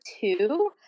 two